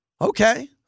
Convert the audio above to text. Okay